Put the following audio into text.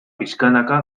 pixkanaka